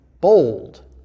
bold